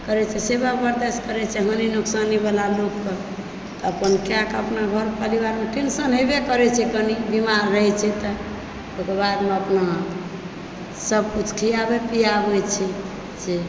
करै छै सेवा करै छै हानि नुकसानी वला लोककेँ अपन कए कऽ अपना घर परिवारमे टेन्शन हेबे करै छै कनि बीमार रहै छै तऽ ओकर बादमेअपना सब किछु खिआबै पीआबै छै से